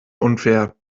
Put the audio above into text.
unfair